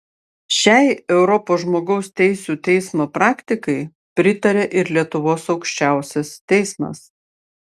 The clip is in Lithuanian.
šiai europos žmogaus teisių teismo praktikai pritaria ir lietuvos aukščiausias teismas